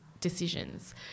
decisions